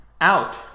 out